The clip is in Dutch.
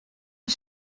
een